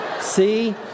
See